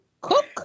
cook